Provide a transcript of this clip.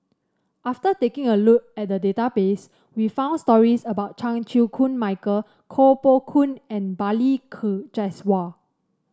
after taking a look at the database we found stories about Chan Chew Koon Michael Koh Poh Koon and Balli Kaur Jaswal